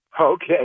Okay